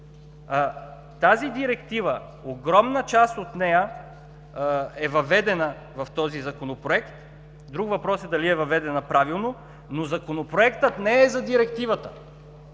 тази Директива е въведена в този Законопроект, друг въпрос е дали е въведена правилно, но Законопроектът не е за Директивата.